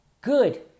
good